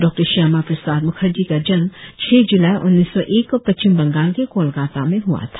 डॉ श्यामा प्रसाद मुखर्जी का जन्म छह जुलाई उन्नीस सौ एक को पश्चिम बंगाल के कोलकाता में हुआ था